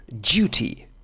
duty